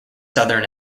southern